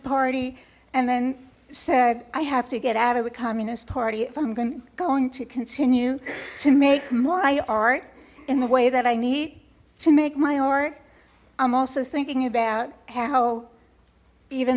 party and then said i have to get out of the communist party i'm gonna going to continue to make my art in the way that i need to make my art i'm also thinking about how even